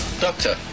doctor